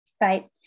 right